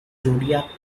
zodiac